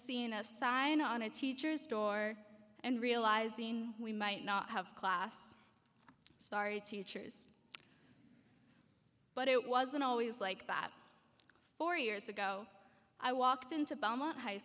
seeing a sign on a teacher's door and realizing we might not have class started teachers but it wasn't always like that four years ago i walked into belmont high